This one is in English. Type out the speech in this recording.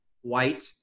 white